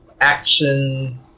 action